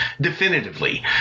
definitively